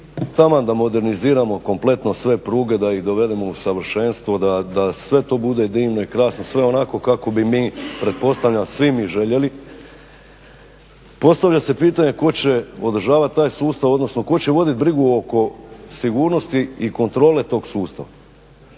Taman da moderniziramo kompletno sve pruge, da ih dovedemo u savršenstvo, da sve to bude divno i krasno, sve onako kako bi mi pretpostavljam svi mi željeli. Postavlja se pitanje tko će održavat taj sustav, odnosno tko će vodit brigu oko sigurnosti i kontrole tog sustava.